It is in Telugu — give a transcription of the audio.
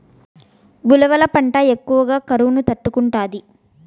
ఉలవల పంట ఎక్కువ కరువును తట్టుకుంటాది